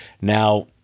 Now